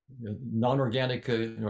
non-organic